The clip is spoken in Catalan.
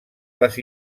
les